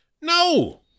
no